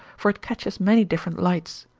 for it catches many different lights.